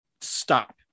stop